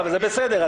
אמרתי